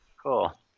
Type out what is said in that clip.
Cool